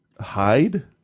hide